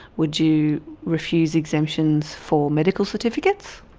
would you refuse exemptions for medical certificates?